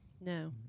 No